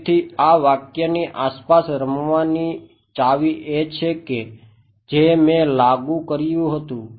તેથી આ વાક્યની આસપાસ રમવાની ચાવી એ છે કે જે મેં લાગુ કર્યું હતું